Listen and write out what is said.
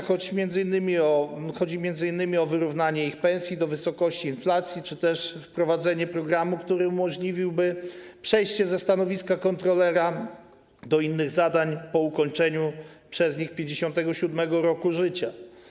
Chodzi m.in. o wyrównanie ich pensji do wysokości inflacji czy też wprowadzenie programu, który umożliwiłby przejście ze stanowiska kontrolera do innych zadań po ukończeniu przez nich 57. roku życia.